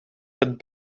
het